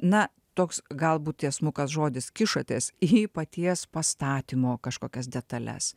na toks galbūt tiesmukas žodis kišatės į paties pastatymo kažkokias detales